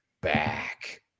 back